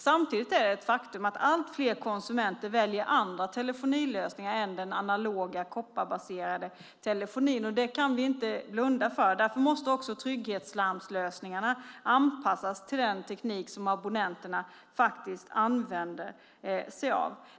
Samtidigt är det ett faktum att allt fler konsumenter väljer andra telefonilösningar än den analoga kopparbaserade telefonin, och det kan vi inte blunda för. Därför måste också trygghetslarmslösningarna anpassas till den teknik som abonnenterna använder sig av.